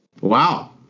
Wow